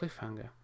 cliffhanger